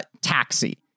Taxi